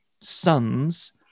sons